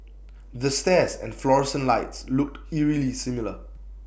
the stairs and fluorescent lights look eerily similar